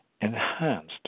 enhanced